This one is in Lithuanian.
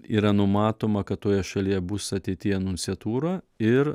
yra numatoma kad toje šalyje bus ateityje nunciatūra ir